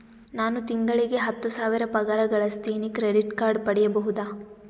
ನಾನು ತಿಂಗಳಿಗೆ ಹತ್ತು ಸಾವಿರ ಪಗಾರ ಗಳಸತಿನಿ ಕ್ರೆಡಿಟ್ ಕಾರ್ಡ್ ಪಡಿಬಹುದಾ?